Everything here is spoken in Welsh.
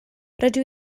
rydw